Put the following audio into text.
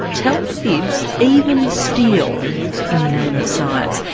tell fibs even steal in the name of science.